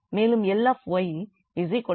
மேலும் 𝐿𝑦 𝐹𝑠க்காக தீர்க்கவேண்டும்